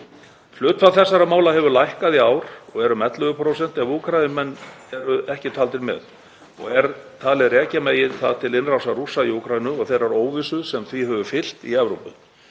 Hlutfall þessara mála hefur lækkað í ár og er um 11%, ef Úkraínumenn eru ekki taldir með, og er talið að rekja megi það til innrásar Rússa í Úkraínu og þeirrar óvissu sem því hefur fylgt í Evrópu.